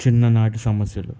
చిన్ననాటి సమస్యలు